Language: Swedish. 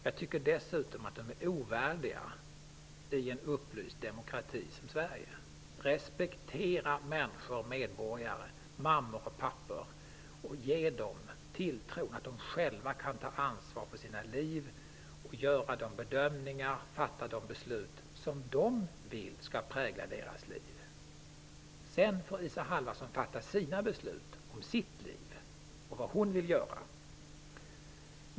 Jag tycker dessutom att sådana är ovärdiga i en upplyst demokrati som Sverige. Respektera människor, mammor och pappor och ge dem tilltro till att de själva kan ta ansvar för sina liv, göra de bedömningar och fatta de beslut som de vill skall prägla deras liv. Isa Halvarsson får fatta sina beslut om sitt liv, om vad hon vill göra.